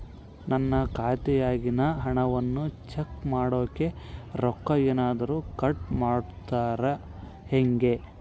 ನನ್ನ ಖಾತೆಯಾಗಿನ ಹಣವನ್ನು ಚೆಕ್ ಮಾಡೋಕೆ ರೊಕ್ಕ ಏನಾದರೂ ಕಟ್ ಮಾಡುತ್ತೇರಾ ಹೆಂಗೆ?